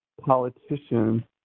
politician